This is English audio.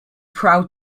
proud